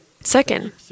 Second